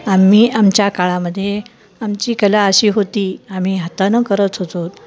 आम्ही आमच्या काळामध्ये आमची कला अशी होती आम्ही हातानं करत होतो